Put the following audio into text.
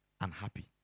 unhappy